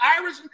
Irish